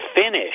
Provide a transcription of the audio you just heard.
finish